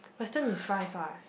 Western is fries [what]